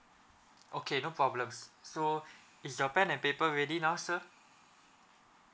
okay no problem so is your pen and paper ready now sir